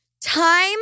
Time